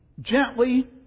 gently